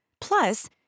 Plus